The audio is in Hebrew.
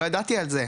לא ידעתי על זה,